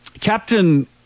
Captain